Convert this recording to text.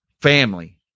family